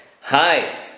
hi